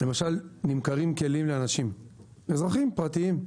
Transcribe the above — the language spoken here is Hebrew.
נמכרים כלים לאנשים אזרחים פרטיים.